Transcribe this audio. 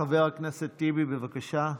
חבר הכנסת טיבי, בבקשה.